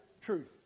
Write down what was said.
truth